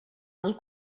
del